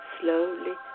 slowly